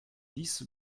dix